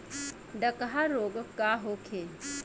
डकहा रोग का होखे?